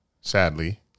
sadly